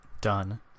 Done